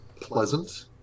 pleasant